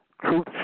truth